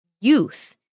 youth